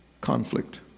conflict